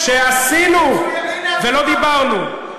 הנה הדוגמה.